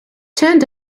turned